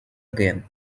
again